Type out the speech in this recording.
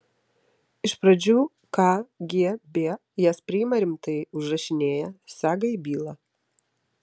iš pradžių kgb jas priima rimtai užrašinėja sega į bylą